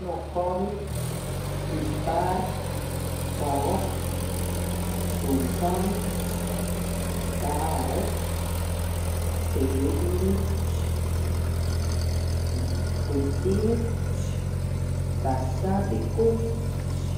Nokamüts, küpär, kaap, suusamüts, päärätt, beebimüts, tutimüts, pässäpikumüts.